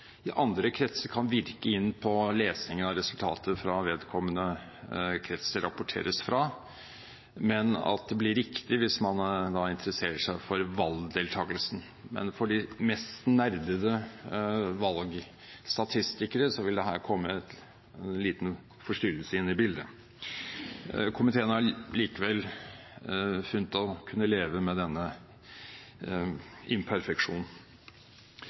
i andre kretser, kan virke inn på lesningen av resultatet fra den kretsen det rapporteres fra, men at det blir riktig hvis man interesserer seg for valgdeltakelsen. For de mest nerdete valgstatistikere vil dette komme som en liten forstyrrelse inn i bildet. Komiteen har likevel funnet å kunne leve med denne